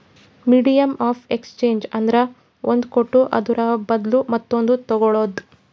medium of exchange ಅಂದ್ರ ಒಂದ್ ಕೊಟ್ಟು ಅದುರ ಬದ್ಲು ಮತ್ತೊಂದು ತಗೋಳದ್